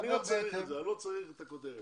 אני לא צריך את הכותרת.